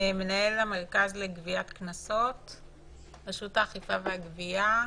מנהל המרכז לגביית קנסות, רשות האכיפה והגבייה,